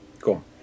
cool